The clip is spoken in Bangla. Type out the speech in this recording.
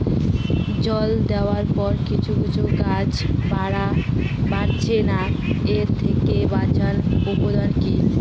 জল দেওয়ার পরে কিছু কিছু গাছ বাড়ছে না এর থেকে বাঁচার উপাদান কী?